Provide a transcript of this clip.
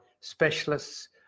specialists